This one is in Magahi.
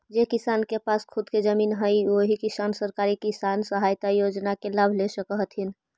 जे किसान के पास खुद के जमीन हइ ओही किसान सरकारी किसान सहायता योजना के लाभ ले सकऽ हथिन